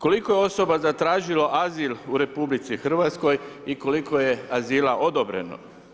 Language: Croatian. Koliko je osoba zatražilo azil u RH i koliko je azila odobreno?